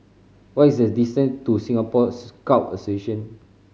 what is the distant to Singapore Scout Association